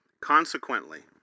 consequently